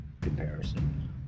comparison